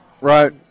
Right